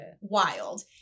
wild